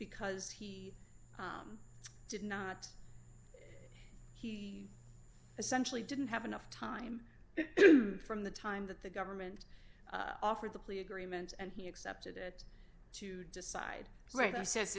because he did not he essentially didn't have enough time from the time that the government offered the plea agreement and he accepted it to decide right i sa